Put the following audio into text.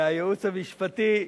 לייעוץ המשפטי,